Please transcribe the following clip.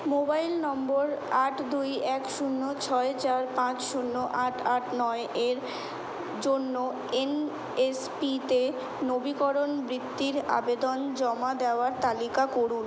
mobile নম্বর আট দুই এক শূন্য ছয় চার পাঁচ শূন্য আট আট নয় এর জন্য এন এস পিতে নবীকরণ বৃত্তির আবেদন জমা দেওয়ার তালিকা করুন